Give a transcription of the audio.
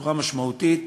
בצורה משמעותית,